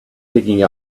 picking